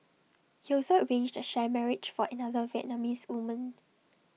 he also arranged A sham marriage for another Vietnamese woman